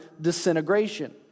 disintegration